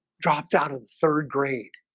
dropped out of third grade